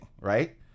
right